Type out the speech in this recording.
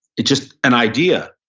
it's just an idea.